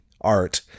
art